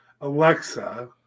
Alexa